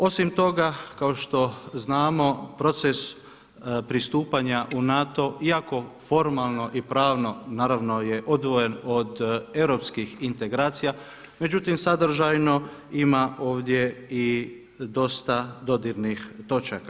Osim toga kao što znamo proces pristupanja u NATO iako formalno i pravno naravno je odvojen od europskih integracija, međutim sadržajno ima ovdje i dosta dodirnih točaka.